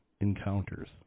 encounters